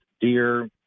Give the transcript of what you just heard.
deer